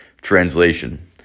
Translation